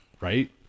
Right